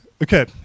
Okay